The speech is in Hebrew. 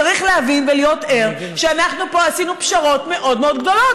צריך להבין ולהיות ער שאנחנו פה עשינו פשרות מאוד מאוד גדולות.